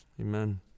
Amen